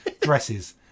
dresses